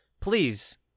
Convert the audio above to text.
Please